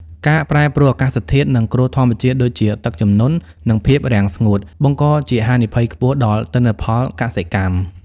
ការប្រែប្រួលអាកាសធាតុ និងគ្រោះធម្មជាតិដូចជាទឹកជំនន់ និងភាពរាំងស្ងួត បង្កជាហានិភ័យខ្ពស់ដល់ទិន្នផលកសិកម្ម។